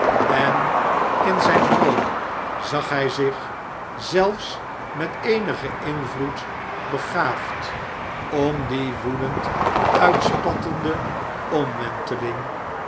en in zijn droom zag hij zich zelfs met eenigen invloed begaafd om die woedend uitspattende omwentehng